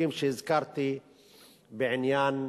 החוקים שהזכרתי בעניין